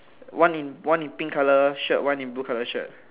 one in one in pink colour shirt one in blue colour shirt